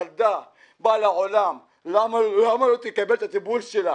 ילדה באה לעולם, למה לא תקבל את הטיפול שלה?